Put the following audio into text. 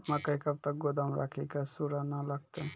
मकई कब तक गोदाम राखि की सूड़ा न लगता?